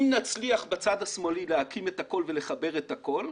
אם נצליח בצד השמאלי להקים את הכול ולחבר את הכול,